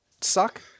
suck